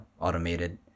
Automated